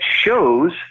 shows